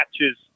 matches